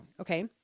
okay